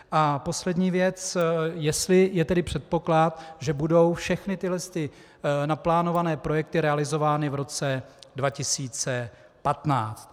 A poslední věc, jestli je předpoklad, že budou všechny tyhle ty naplánované projekty realizovány v roce 2015.